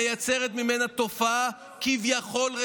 מייצרת ממנה תופעה רצויה,